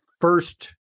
first